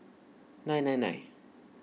nine nine nine